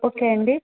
okay అండి